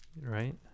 right